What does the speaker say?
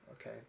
okay